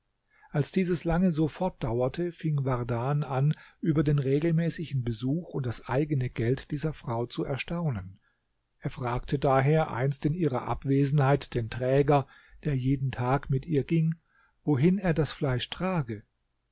als dies lange so fortdauerte fing wardan an über den regelmäßigen besuch und das eigene geld dieser frau zu erstaunen er fragte daher einst in ihrer abwesenheit den träger der jeden tag mit ihr ging wohin er das fleisch trage